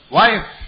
wife